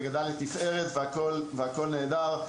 וגדל לתפארת והכול נהדר,